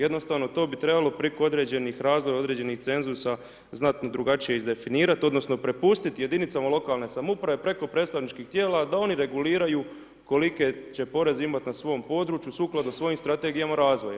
Jednostavno to bi trebalo preko određenih razloga, određenih cenzusa znatno drugačije iz definirati odnosno prepustiti jedinicama lokalne samouprave preko predstavničkih tijela da oni reguliraju koliki će porez imati na svom području sukladno svojim strategijama razvoja.